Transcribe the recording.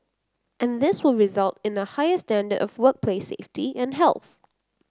and this will result in a higher standard of workplace safety and health